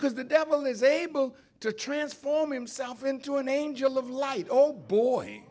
because the devil is able to transform himself into an angel of light all boy